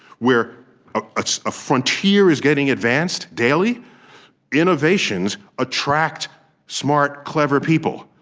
where a frontier is getting advanced, daily innovations attract smart, clever people.